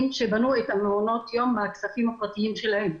שבנו את מעונות היום מהכספים הפרטיים שלהם.